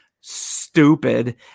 stupid